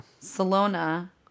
Salona